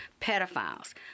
pedophiles